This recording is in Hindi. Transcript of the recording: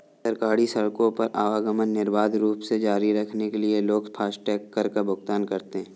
सरकारी सड़कों पर आवागमन निर्बाध रूप से जारी रखने के लिए लोग फास्टैग कर का भुगतान करते हैं